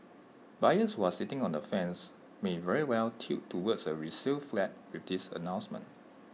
buyers who are sitting on the fence may very well tilt towards A resale flat with this announcement